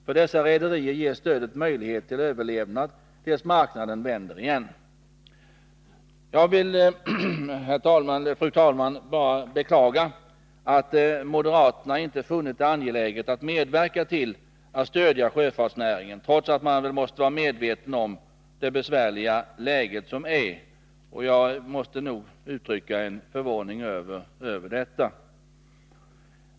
För dessa rederier ger stödet möjlighet till överlevnad tills dess marknaden vänder igen. Jag vill, fru talman, bara beklaga att moderaterna inte funnit det angeläget att medverka till att stödja sjöfartsnäringen trots att man måste vara medveten om det besvärliga läge som råder. Jag måste nu uttrycka min förvåning över detta.